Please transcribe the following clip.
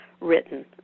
written